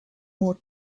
more